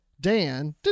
Dan